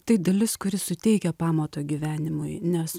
tai dalis kuri suteikia pamato gyvenimui nes